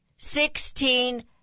Sixteen